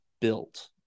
built